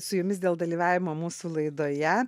su jumis dėl dalyvavimo mūsų laidoje